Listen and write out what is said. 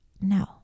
no